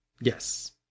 yes